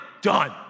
done